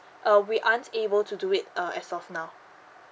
uh we aren't able to do it uh as of now